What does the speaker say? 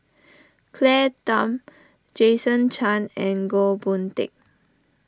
Claire Tham Jason Chan and Goh Boon Teck